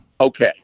Okay